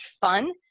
fun